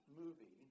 movie